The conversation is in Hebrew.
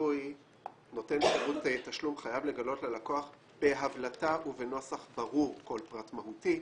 שנותן שירות תשלום חייב לגלות ללקוח בהבלטה ובנוסח ברור כל פרט מהותי.